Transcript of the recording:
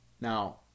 Now